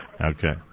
Okay